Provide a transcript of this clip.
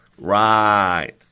Right